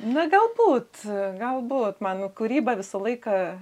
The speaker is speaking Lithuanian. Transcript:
na galbūt galbūt man kūryba visą laiką